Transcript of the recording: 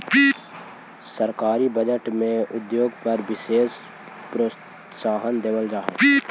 सरकारी बजट में उद्योग पर विशेष प्रोत्साहन देवल जा हई